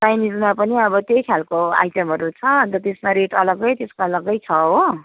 चाइनिजमा पनि अब त्यही खालको आइटमहरू छ अन्त त्यसमा रेट अलगै त्यसको अलगै छ हो